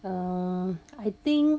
err I think